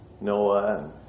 Noah